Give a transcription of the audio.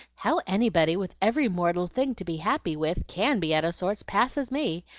how anybody with every mortal thing to be happy with can be out-of-sorts passes me.